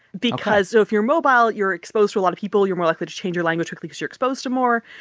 because. ok. so if you're mobile you're exposed to a lot of people. you're more likely to change your language because you're exposed to more.